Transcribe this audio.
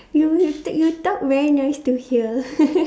you will stick you talk very nice to hear